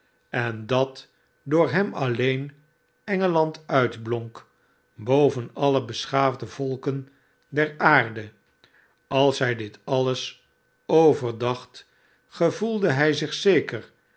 en dat door hem alleen engeland uitblonk boven alle beschaafde volken der aarde als hij dit alles overdacht gevoelde hij zich zeker